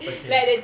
okay